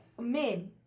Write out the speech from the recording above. men